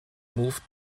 moved